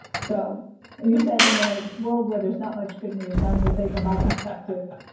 so you said in a world where there's not much good news, i'm gonna say from my perspective,